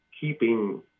keeping